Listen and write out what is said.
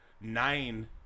nine